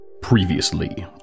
Previously